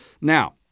Now